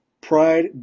pride